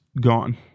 gone